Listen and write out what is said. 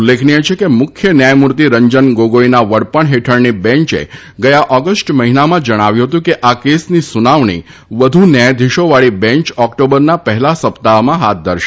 ઉલ્લેખનીય છે કે મુખ્ય ન્યાયમૂર્તિ રંજન ગોગોઇના વડપણ હેઠળની બેન્ચે ગદ્યા ઓગષ્ટ મહિનામાં જણાવ્યું હતું કે આ કેસની સુનાવણી વધુ ન્યાયાધીશો વાળી બેન્ચ ઓક્ટોબરના પહેલા સપ્તાહમાં હાથ ધરશે